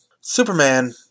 Superman